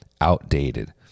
outdated